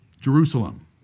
Jerusalem